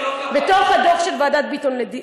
בתוך הדוח של ועדת ביטון,